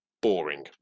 boring